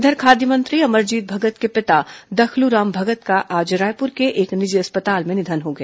इधर खाद्य मंत्री अमरजीत भगत के पिता दखलू राम भगत का आज रायपुर के एक निजी अस्पताल में निधन हो गया